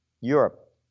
Europe